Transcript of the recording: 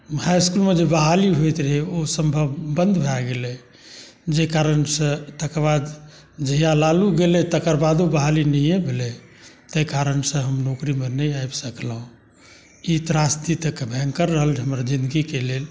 high इस्कुलमे जे बहाली होइत रहै ओ सम्भव बन्द भए गेलै जाहि कारणसँ तकर बाद जहिआ लालू गेलै तकर बादो बहाली नहिए भेलै ताहि कारणसँ हम नौकरीमे नहि आबि सकलहुँ ई त्रासदी तऽ भयङ्कर रहल हमर जिन्दगीके लेल